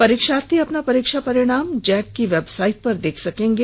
परिक्षार्थी अपना परीक्षा परिणाम जैक की वेबसाइट पर देख सकेंगे